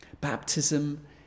Baptism